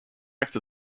act